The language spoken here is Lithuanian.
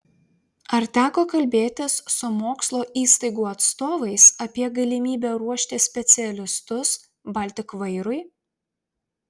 ar teko kalbėtis su mokslo įstaigų atstovais apie galimybę ruošti specialistus baltik vairui